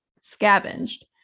scavenged